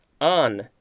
on